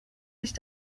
sich